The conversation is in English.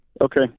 Okay